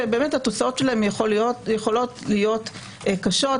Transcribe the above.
שהתוצאות שלהם יכולות להיות קשות,